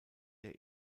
der